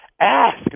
ask